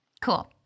Cool